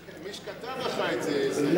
מי שכתב לך את זה לא זהיר.